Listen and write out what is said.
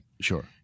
Sure